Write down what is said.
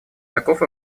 таков